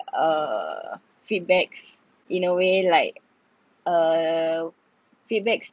uh feedbacks in a way like uh feedbacks